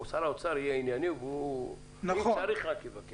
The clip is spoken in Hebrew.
שר האוצר יהיה ענייני, ורק אם צריך הוא יבקש.